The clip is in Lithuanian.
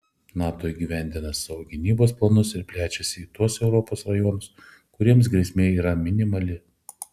nato įgyvendina savo gynybos planus ir plečiasi į tuos europos rajonus kuriems grėsmė yra minimali